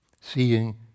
Seeing